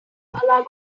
allow